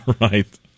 Right